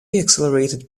accelerated